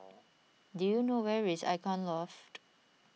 do you know where is Icon Loft